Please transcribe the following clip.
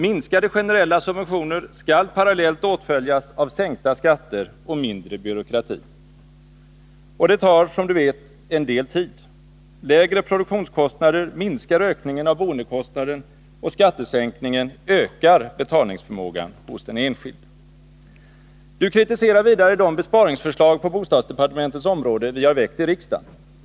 Minskade generella subventioner skall parallellt åtföljas av sänkta skatter och mindre byråkrati. Och det tar som Du vet en del tid. Lägre produktionskostnader minskar ökningen av boendekostnaden och skattesänkningen ökar betalningsförmågan hos den enskilde. Du kritiserar vidare de besparingsförslag på bostadsdepartementets område vi har väckt i riksdagen.